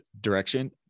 direction